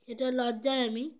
সেটা লজ্জায় আমি